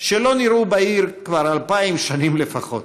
שלא נראו בעיר כבר אלפיים שנים לפחות.